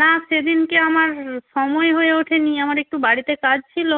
না সেদিনকে আমার সময় হয়ে ওঠেনি আমার একটু বাড়িতে কাজ ছিল